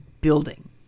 building